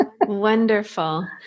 Wonderful